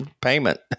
payment